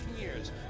years